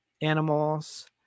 animals